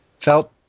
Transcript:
felt